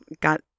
Got